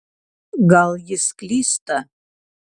gal jis klysta